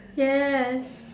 yes